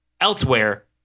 elsewhere